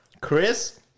Chris